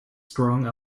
strong